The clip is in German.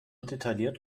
detailliert